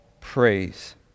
praise